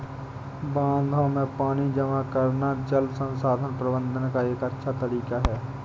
बांधों में पानी जमा करना जल संसाधन प्रबंधन का एक अच्छा तरीका है